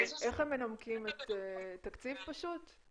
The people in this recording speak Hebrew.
איך הם מנמקים, תקציב פשוט?